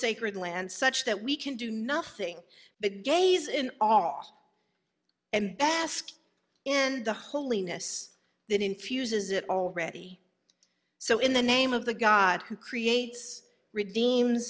sacred land such that we can do nothing but gaze in our and ask and the holiness that infuses it already so in the name of the god who creates redeem